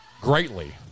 greatly